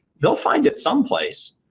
they'll find it someplace.